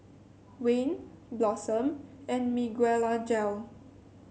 Wayne Blossom and Miguelangel